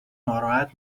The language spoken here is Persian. ناراحت